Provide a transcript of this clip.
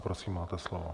Prosím, máte slovo.